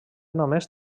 només